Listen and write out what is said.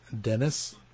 Dennis